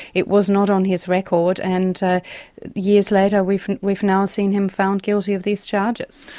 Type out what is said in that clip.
it was not on his record, and ah years later we've and we've now seen him found guilty of these charges.